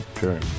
Sure